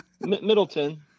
Middleton